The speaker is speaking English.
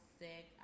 sick